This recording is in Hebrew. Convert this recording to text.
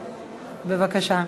בבקשה.